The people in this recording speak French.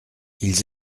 ils